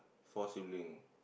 four sibling